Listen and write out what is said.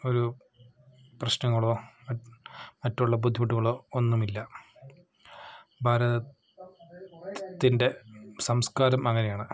ഒരു പ്രശ്നങ്ങളോ മറ്റുള്ള ബുദ്ധിമുട്ടുകളോ ഒന്നുമില്ല ഭാരതത്തിന്റെ സംസ്കാരം അങ്ങനെയാണ്